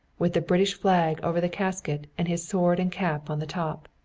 with the british flag over the casket and his sword and cap on the top.